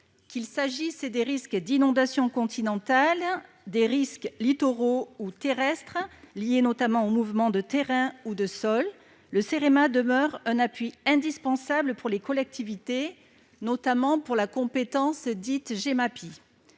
Qu'il s'agisse des risques d'inondation continentale, des risques littoraux ou terrestres, liés, notamment, aux mouvements de terrain ou de sol, le Cerema demeure un appui indispensable pour les collectivités, particulièrement pour la compétence « gestion